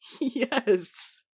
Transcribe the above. Yes